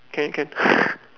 can can